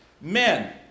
Men